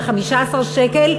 ב-15 שקל,